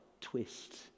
twist